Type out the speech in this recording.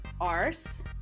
arse